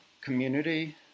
community